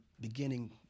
beginning